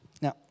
Now